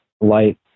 light